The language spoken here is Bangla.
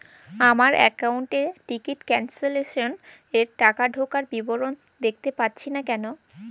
আমার একাউন্ট এ টিকিট ক্যান্সেলেশন এর টাকা ঢোকার বিবরণ দেখতে পাচ্ছি না কেন?